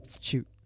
Shoot